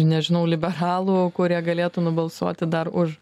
nežinau liberalų kurie galėtų nubalsuoti dar už